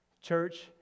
Church